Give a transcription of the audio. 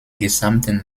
gesamten